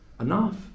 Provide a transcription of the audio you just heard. Enough